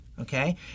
okay